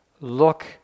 look